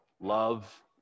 Love